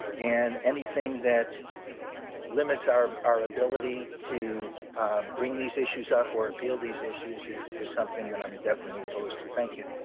and anything that limits our our ability to bring these issues up or appeal these issues is is something that i am definitely opposed to. thank you.